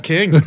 King